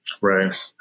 right